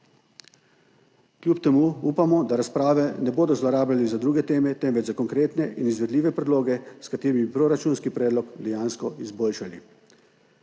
Kljub temu upamo, da razprave ne bodo zlorabljali za druge teme, temveč za konkretne in izvedljive predloge, s katerimi bi proračunski predlog dejansko izboljšali.